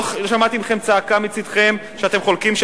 לא שמעתי מכם צעקה שאתם חולקים על כך